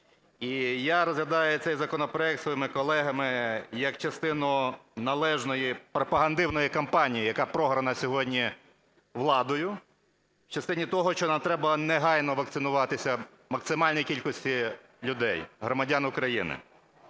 я розглядаю цей законопроект зі своїми колегами як частину належної пропагандивної кампанії, яка програна сьогодні владою в частині того, що нам треба негайно вакцинуватися, максимальній кількості людей, громадян України.